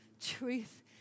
truth